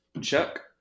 Chuck